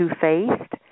two-faced